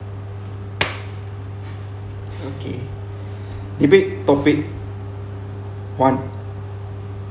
okay debate topic one